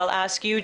אבקש ממך,